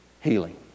healing